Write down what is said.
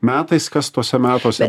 metais kas tuose metuose